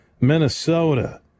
Minnesota